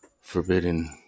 forbidden